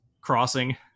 crossing